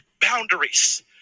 boundaries